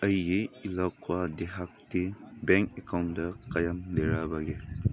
ꯑꯩꯒꯤ ꯏꯂꯥꯀ꯭ꯋꯥ ꯗꯤꯍꯥꯇꯤ ꯕꯦꯡ ꯑꯦꯛꯀꯥꯎꯟꯗ ꯀꯌꯥꯝ ꯂꯩꯔꯕꯒꯦ